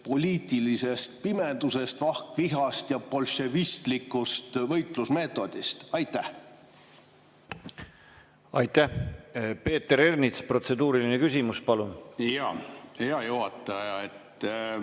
poliitilisest pimedusest, vahkvihast ja bolševistlikust võitlusmeetodist. Aitäh! Peeter Ernits, protseduuriline küsimus, palun! Aitäh! Peeter